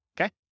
okay